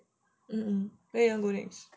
mm where you wanna go next